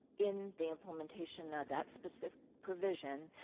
in the implementation of that specific provision.